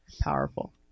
Powerful